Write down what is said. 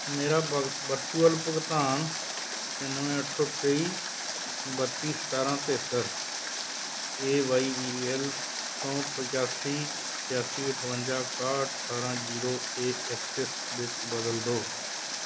ਮੇਰਾ ਵਰਚੁਅਲ ਭੁਗਤਾਨ ਛਿਆਨਵੇਂ ਅੱਠ ਸੌ ਤੇਈ ਬੱਤੀ ਸਤਾਰ੍ਹਾਂ ਤਿਹੱਤਰ A Y B E L ਤੋਂ ਪਚਾਸੀ ਛਿਆਸੀ ਅਠਵੰਜਾ ਇਕਾਹਠ ਅਠਾਰ੍ਹਾਂ ਜੀਰੋ ਏ ਐਕਸਿਸ ਵਿੱਚ ਬਦਲੋ ਦੋ